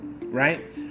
right